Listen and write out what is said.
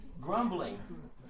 grumbling